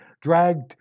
dragged